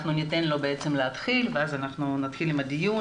אנחנו ניתן לו להתחיל ואז נתחיל את הדיון,